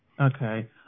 Okay